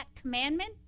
commandment